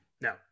no